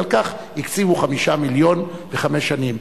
ולכך הקציבו 5 מיליון לחמש שנים.